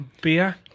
beer